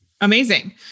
Amazing